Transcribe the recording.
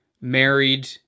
married